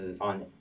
on